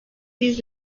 bir